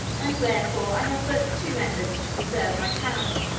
and therefore i have but two methods to preserve my cow.